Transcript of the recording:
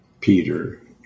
Peter